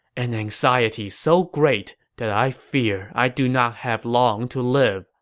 an anxiety so great that i fear i do not have long to live,